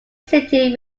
city